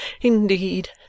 Indeed—